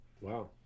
Wow